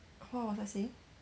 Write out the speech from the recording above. what was I saying